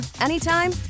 anytime